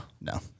No